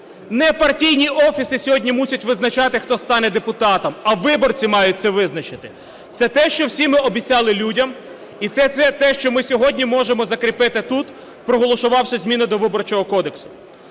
Не партійні офіси сьогодні мусять визначати, хто стане депутатом, а виборці мають це визначити. Це те, що всі ми обіцяли людям, і це те, що ми сьогодні можемо закріпити тут, проголосувавши зміни до Виборчого кодексу.